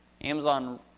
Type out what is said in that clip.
Amazon